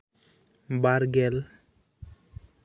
ᱵᱟᱨᱜᱮᱞ